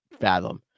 fathom